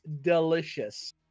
delicious